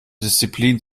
disziplin